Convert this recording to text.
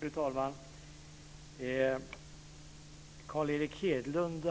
Fru talman! Carl Erik Hedlund